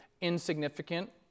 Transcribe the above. insignificant